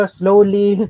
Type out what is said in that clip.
slowly